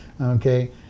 okay